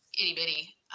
itty-bitty